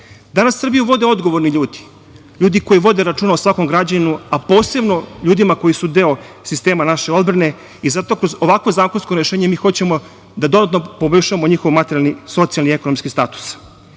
Srbiju vode odgovorni ljudi, ljudi koji vode računa o svakom građaninu, a posebno ljudima koji su deo sistema naše odbrane i zato kroz ovakvo zakonsko rešenje mi hoćemo da dodatno poboljšamo njihov materijalni, socijalni i ekonomski status. Što